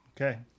Okay